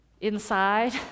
Inside